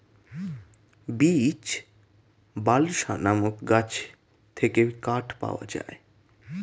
beech, balsa নামক গাছ থেকে কাঠ পাওয়া যায়